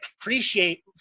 appreciate